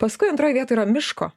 paskui antroj vietoj yra miško